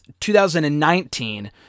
2019